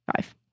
five